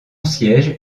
siège